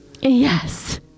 Yes